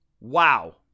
wow